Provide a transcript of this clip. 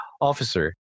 officer